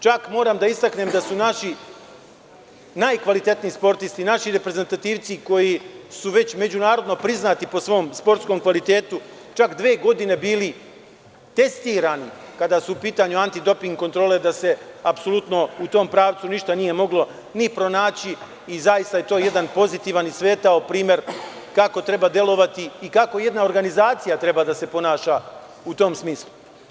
Čak moram da istaknem da su naši najkvalitetniji sportisti, naši reprezentativci koji su već međunarodno priznati po svom sportskom kvalitetu, čak dve godine bili testirani kada su u pitanju anti doping kontrole, da se apsolutno u tom pravcu ništa nije moglo ni pronaći i zaista je to jedan pozitivan i svetao primer kako treba delovati i kako jedna organizacija treba da se ponaša u tom smislu.